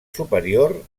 superior